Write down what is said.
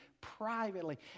privately